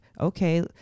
okay